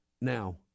now